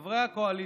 חברי הקואליציה,